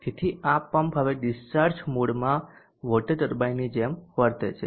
તેથી આ પંપ હવે ડિસ્ચાર્જ મોડમાં વોટર ટર્બાઇનની જેમ વર્તે છે